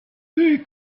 they